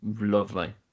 lovely